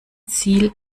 ziel